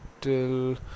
till